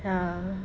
ya